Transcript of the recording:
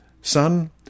Son